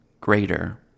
greater